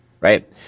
right